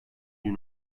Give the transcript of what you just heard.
yine